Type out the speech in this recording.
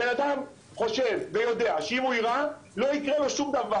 בן אדם חושב ויודע שאם הוא ירה לא יקרה לו שום דבר